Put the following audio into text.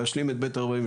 להשלים את ב/48,